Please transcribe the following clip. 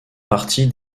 partie